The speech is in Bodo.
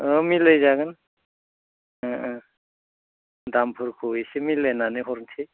मिलाय जागोन दामफोरखो एसे मिलायनानै हरनोसै